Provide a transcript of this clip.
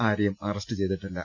ആരെയും അറസ്റ്റുചെയ്തിട്ടില്ല